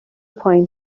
پایین